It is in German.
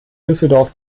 düsseldorf